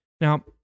Now